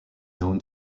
known